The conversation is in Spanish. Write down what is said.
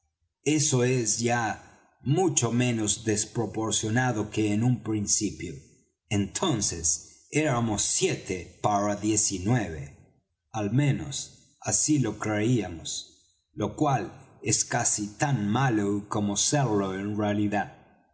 eso es ya mucho menos desproporcionado que en un principio entonces éramos siete para diez y nueve al menos así lo creíamos lo cual es casi tan malo como serlo en realidad